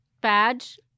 badge